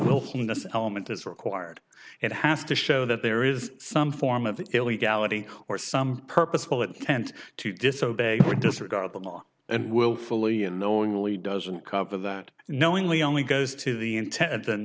wealthiest element is required it has to show that there is some form of illegality or some purposeful attend to disobeyed or disregard the law and willfully and knowingly doesn't cover that knowingly only goes to the intent and